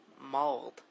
mauled